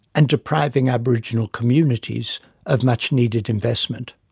and depriving aboriginal communities of much-needed investment.